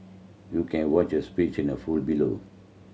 you can watch his speech in a full below